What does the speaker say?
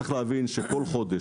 צריך להבין שכל חודש,